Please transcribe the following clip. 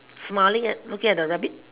smiling and looking at the rabbit